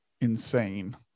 insane